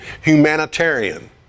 humanitarian